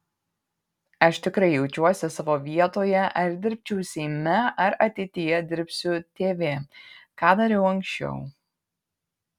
aš tikrai jaučiuosi savo vietoje ar dirbčiau seime ar ateityje dirbsiu tv ką dariau anksčiau